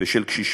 ושל קשישים,